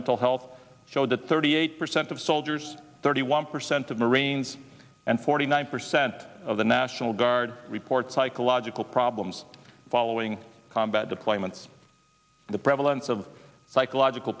mental health showed that thirty eight percent of soldiers thirty one percent of marines and forty nine percent of the national guard report psychological problems following combat deployments the prevalence of psychological